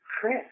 Chris